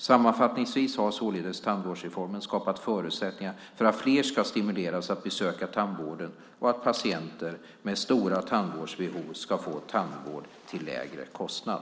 Sammanfattningsvis har således tandvårdsreformen skapat förutsättningar för att fler ska stimuleras att besöka tandvården och att patienter med stora tandvårdsbehov ska få tandvård till lägre kostnad.